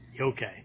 okay